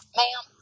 ma'am